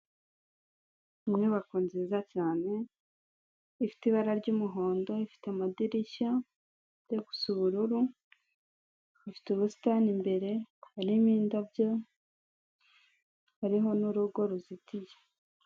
Inyubako nziza cyane ifite ibara ry'umuhondo, ifite amadirishya ajya gusa ubururu, ifite ubusitani imbere haririmo indabyo hariho n'urugo ruzitiye.